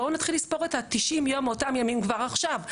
בואו נתחיל לספור את ה-90 יום מאותם ימים כבר עכשיו,